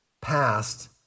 past